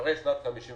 אחרי שנת 1953